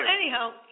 anyhow